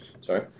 Sorry